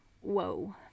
whoa